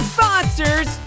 Sponsors